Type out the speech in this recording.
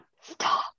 stop